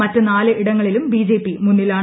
മറ്റ് നാല് ഇടങ്ങളിലും ബിജെപി മുന്നിലാണ്